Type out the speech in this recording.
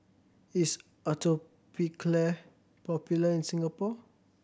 is Atopiclair popular in Singapore